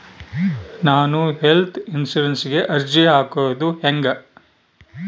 ನಾನು ಹೆಲ್ತ್ ಇನ್ಸುರೆನ್ಸಿಗೆ ಅರ್ಜಿ ಹಾಕದು ಹೆಂಗ?